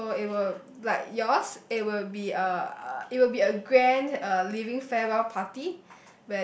so it will like yours it will be uh uh it will be a grand uh leaving farewell party